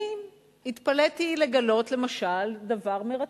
אני התפלאתי לגלות, למשל, דבר מרתק: